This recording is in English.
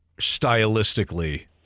stylistically